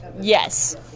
Yes